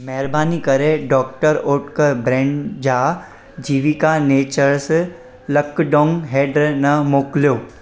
महिरबानी करे doctor Oetker brand जा जीविका नेचुरल्स लकडॉन्ग हैडु नओ मोकिलियो